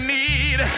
need